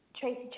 Tracy